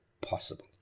possible